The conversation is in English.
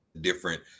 different